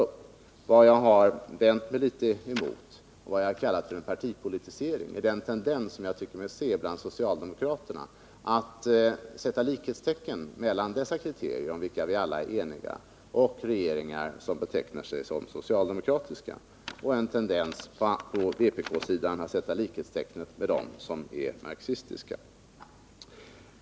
Vad jag vänt mig något emot och vad jag kallat för en partipolitisering är den tendens jag tycker mig se bland socialdemokraterna, dvs. att sätta likhetstecken mellan de kriterier om vilka vi alla är eniga och regeringar som betecknar sig som socialdemokratiska liksom man på vpk-sidan sätter likhetstecken mellan kriterierna och de regeringar som är marxistiska.